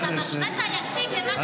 אתה משווה טייסים למה שראינו שם?